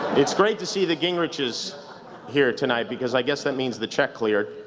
it's great to see the gingrich's here tonight, because i guess that means the check cleared.